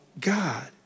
God